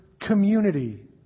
community